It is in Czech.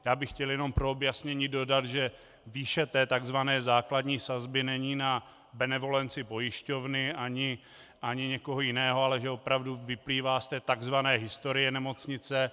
Já bych chtěl jenom pro objasnění dodat, že výše tzv. základní sazby není na benevolenci pojišťovny ani někoho jiného, ale že opravdu vyplývá z tzv. historie nemocnice.